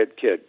kid